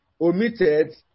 omitted